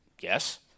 yes